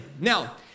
Now